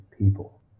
people